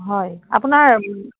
হয় আপোনাৰ